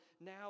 now